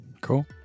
Cool